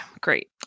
great